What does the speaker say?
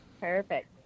perfect